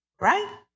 Right